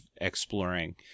exploring